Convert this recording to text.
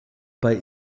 bei